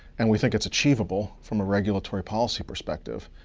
and we think it's achievable from a regulatory policy perspective.